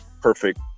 perfect